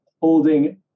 holding